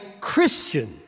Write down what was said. Christian